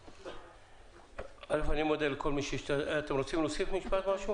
זיו נאור את רוצה להוסיף משהו?